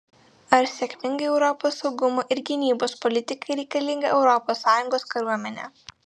ar sėkmingai europos saugumo ir gynybos politikai reikalinga europos sąjungos kariuomenė